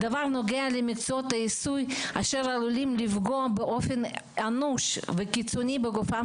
הדבר נוגע גם למקצועות העיסוי אשר עלולים לפגוע באופן אנוש וקיצוני בגופם